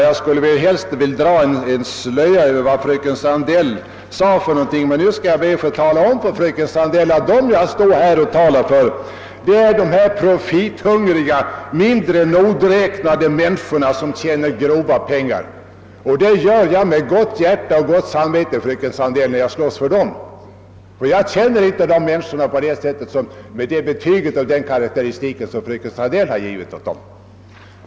Jag skulle helst vilja dra en slöja över vad hon sade, men jag skall be att få tala om för fröken Sandell att dem som jag ta'ar för här är »de profithungriga, mindre nogräknade människor som tjänar grova pengar». Jag kämpar med gott samvete för dem ty jag känner dem inte som sådana människor som fröken Sandell karakteriserade dem.